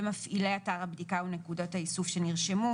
מפעילי אתר הבדיקה ונקודות האיסוף שנרשמו,